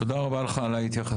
תודה רבה לך על ההתייחסות.